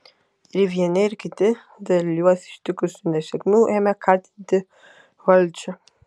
ir vieni ir kiti dėl juos ištikusių nesėkmių ėmė kaltinti valdžią